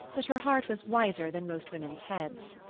but her heart was wiser than most women's heads.